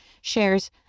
shares